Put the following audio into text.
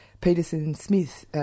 Peterson-Smith